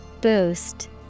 Boost